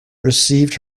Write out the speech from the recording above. received